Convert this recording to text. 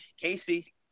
casey